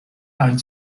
and